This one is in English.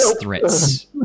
threats